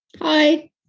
Hi